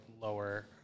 lower